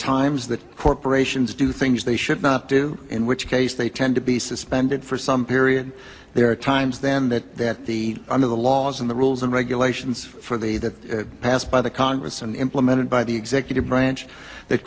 times that corporations do things they should not do in which case they tend to be suspended for some period there are times then that the on of the laws and the rules and regulations for the that passed by the congress and implemented by the executive branch